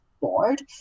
board